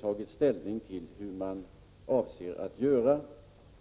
tagit ställning till hur man avser att göra.